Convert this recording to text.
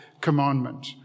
commandment